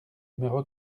numéro